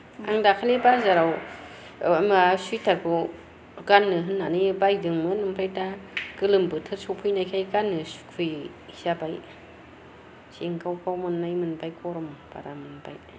आं दाखालि बाजाराव मा सुइतारखौ गान्नो होन्नानै बायदोंमोन ओमफ्राय दा गोलोम बोथोर सफैनायखाय गान्नो सुखुयि जाबाय जेंगाव गाव मोननाय मोनबाय गरम बारा मोनबाय